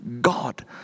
God